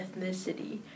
ethnicity